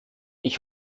ich